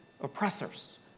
oppressors